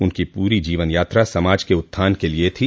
उनकी पूरी जीवन यात्रा समाज के उत्थान के लिए थी